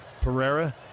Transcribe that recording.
Pereira